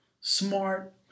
smart